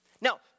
Now